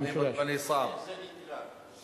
איך זה נקרא?